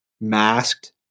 masked